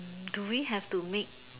do we have to make